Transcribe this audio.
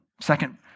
second